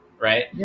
right